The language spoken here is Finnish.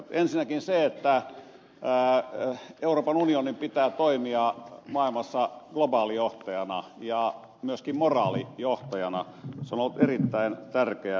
ensinnäkin on ollut erittäin tärkeä näkökohta se että euroopan unionin pitää toimia maailmassa globaalijohtajana ja myöskin moraalijohtajana